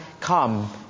come